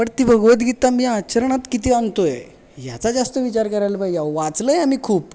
पण ती भगवदगीता मी आचरणात किती आणतो आहे ह्याचा जास्त विचार करायला पाहिजे अहो वाचलं आहे आम्ही खूप